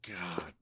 God